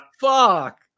Fuck